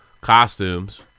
costumes